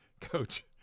coach –